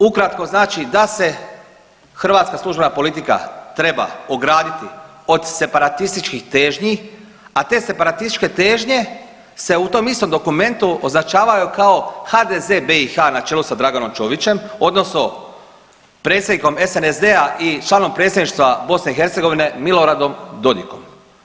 Ukratko znači da se hrvatska služena politika treba ograditi od separatističkih težnji, a te separatističke težnje se u tom istom dokumentu označavaju kao HDZ BiH na čelu sa Dragonom Čovićem odnosno predsjednikom SNSD-a i članom predsjedništva BiH Miloradom Dodikom.